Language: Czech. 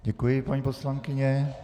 Děkuji, paní poslankyně.